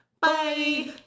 Bye